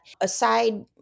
aside